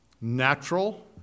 natural